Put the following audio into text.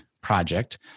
project